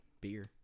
beer